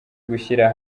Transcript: gushyira